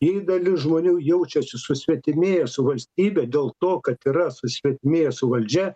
jei dalis žmonių jaučiasi susvetimėję su valstybe dėl to kad yra susvetimėję su valdžia